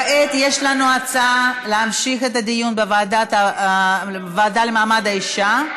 כעת יש לנו הצעה להמשיך את הדיון בוועדה לקידום מעמד האישה.